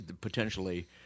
potentially